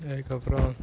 அதுக்கப்புறம்